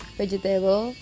vegetable